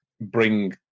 bring